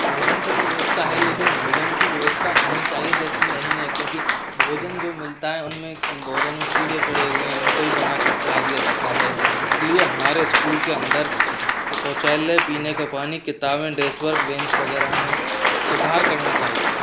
भोजन की भी व्यवस्था है लेकिन भोजन की व्यवस्था होनी चाहिए जैसी नहीं है क्योंकि भोजन जो मिलता है उनमें भोजन में कीड़े पड़े हुए हैं उनको ही बनाके खिला दिया जाता है इसलिए हमारे स्कूल के अंदर के शौचालय पीने के पानी किताबें डेस वर्क बेंच वगैरह में सुधार करना चाहिए